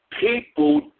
people